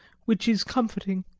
which is comforting.